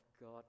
God